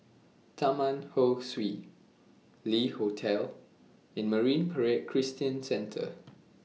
Taman Ho Swee Le Hotel and Marine Parade Christian Centre